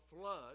flood